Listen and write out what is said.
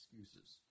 excuses